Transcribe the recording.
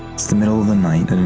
it's the middle of the night,